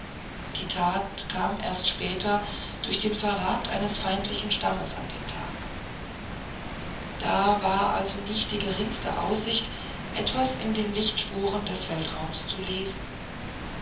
die tat kam erst später durch den verrat eines feindlichen stammes an den tag da war also nicht die geringste aussicht etwas in den lichtspuren des weltraums zu lesen